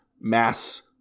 Mass